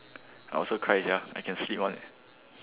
I also cry sia I can sleep one eh